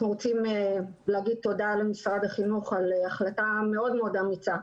אנחנו רוצים להודות למשרד החינוך על החלטה מאוד מאוד אמיצה.